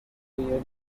bishobora